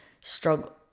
struggle